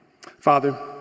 Father